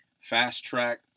fast-track